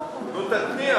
פערים חברתיים (מס הכנסה שלילי) (תיקון מס' 8),